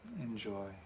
Enjoy